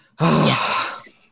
Yes